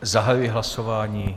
Zahajuji hlasování.